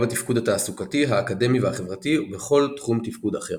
בתפקוד התעסוקתי האקדמי והחברתי או בכל תחום תפקוד אחר.